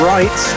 Right